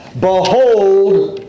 Behold